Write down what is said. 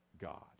God